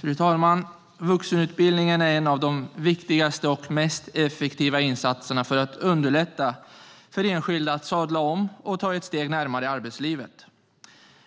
Fru talman! Vuxenutbildningen är en av de viktigaste och mest effektiva insatserna för att underlätta för enskilda att sadla om och ta ett steg närmare arbetslivet.